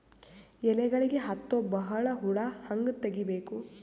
ಎಲೆಗಳಿಗೆ ಹತ್ತೋ ಬಹಳ ಹುಳ ಹಂಗ ತೆಗೀಬೆಕು?